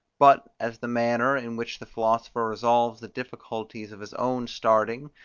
but, as the manner, in which the philosopher resolves the difficulties of his own starting,